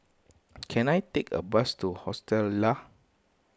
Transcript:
can I take a bus to Hostel Lah